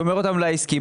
שומר אותן לעסקי,